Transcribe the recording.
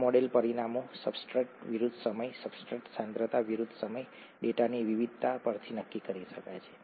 આ મોડેલ પરિમાણો સબસ્ટ્રેટ વિરુદ્ધ સમય સબસ્ટ્રેટ સાંદ્રતા વિરુદ્ધ સમય ડેટાની વિવિધતા પરથી નક્કી કરી શકાય છે